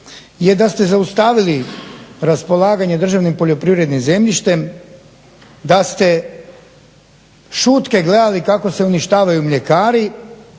je da ste zaustavili raspolaganje državnim poljoprivrednim zemljištem, da ste šutke gledali kako se uništavaju mljekari